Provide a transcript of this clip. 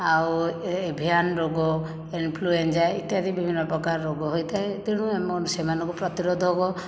ଆଉ ଏଭିଆନ୍ ରୋଗ ଇନଫ୍ଲୁଏଞ୍ଜା ଇତ୍ୟାଦି ବିଭିନ୍ନ ପ୍ରକାର ରୋଗ ହୋଇଥାଏ ତେଣୁ ସେମାନଙ୍କୁ ପ୍ରତିରୋଧକ